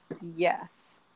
yes